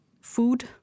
food